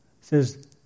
says